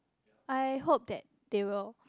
I hope that they will